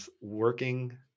working